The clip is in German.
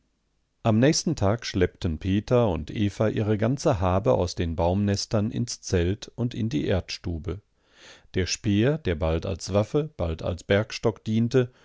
am nächsten tag schleppten peter und eva ihre ganze habe aus den baumnestern ins zelt und in die erdstube der speer der bald als waffe bald als bergstock diente